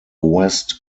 west